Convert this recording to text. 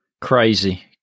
Crazy